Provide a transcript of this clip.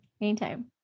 Anytime